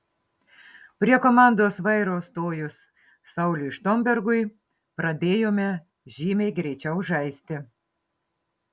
prie komandos vairo stojus sauliui štombergui pradėjome žymiai greičiau žaisti